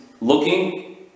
looking